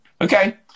Okay